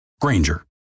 Granger